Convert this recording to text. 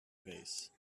vase